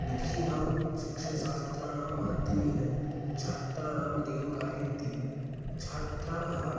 विधीनां शिक्षणशास्त्राणां माध्यमेन छात्राणां अधिगमः कारयन्ति छात्राः